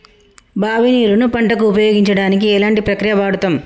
బావి నీరు ను పంట కు ఉపయోగించడానికి ఎలాంటి ప్రక్రియ వాడుతం?